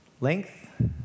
length